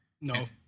No